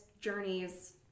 journeys